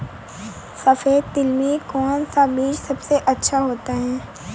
सफेद तिल में कौन सा बीज सबसे अच्छा होता है?